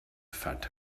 affect